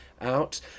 out